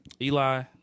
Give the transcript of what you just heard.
Eli